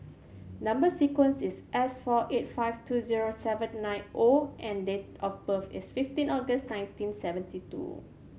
number sequence is S four eight five two zero seven nine O and date of birth is fifteen August nineteen seventy two